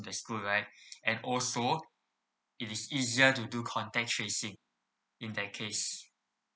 at school right and also it is easier to do contact tracing in that case